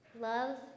love